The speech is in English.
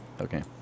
Okay